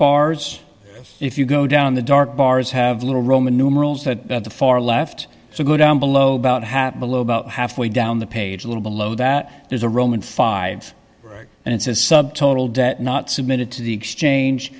bars if you go down the dark bars have little roman numerals that the far left so go down below about hat below about halfway down the page a little below that there's a roman five right and it's a subtotal debt not submitted to the exchange